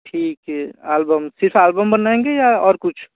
ठीक है एल्बम सिर्फ एल्बम बनवाएंगे या और कुछ